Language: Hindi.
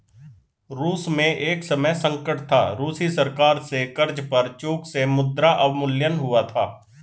रूस में एक समय संकट था, रूसी सरकार से कर्ज पर चूक से मुद्रा अवमूल्यन हुआ था